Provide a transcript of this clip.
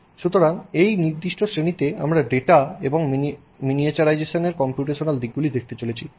সুতরাং এই নির্দিষ্ট শ্রেণিতে আমরা ডেটা এবং মিনিয়েচারাইজেশন এর কম্পিউটেশনাল দিকগুলি দেখতে চলেছি